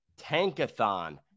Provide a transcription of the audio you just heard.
Tankathon